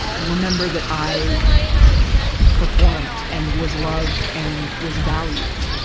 remember that i performed and was loved and was valued.